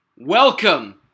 Welcome